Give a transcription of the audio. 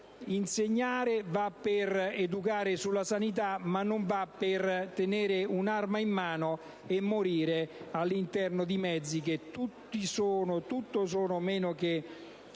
insegnare e per educare alla sanità, non per tenere un'arma in mano e morire all'interno di mezzi che tutto sono meno che